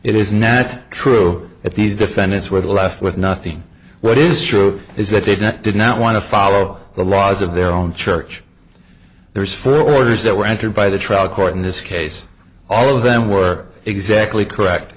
it is nat true at these defendants where the left with nothing what is true is that they didn't did not want to follow the laws of their own church there is further orders that were entered by the trial court in this case all of them work exactly correct